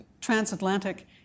transatlantic